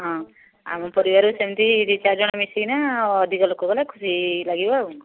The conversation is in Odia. ହଁ ଆମ ପରିବାରରୁ ସେମିତି ଦୁଇ ଚାରି ଜଣ ମିଶିକିନା ଅଧିକ ଲୋକ ଗଲେ ଖୁସି ଲାଗିବ ଆଉ